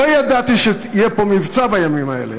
לא ידעתי שיהיה פה מבצע בימים האלה,